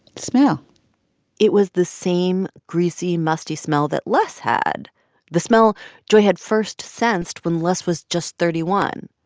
smell it was the same greasy, musty smell that les had the smell joy had first sensed when les was just thirty one.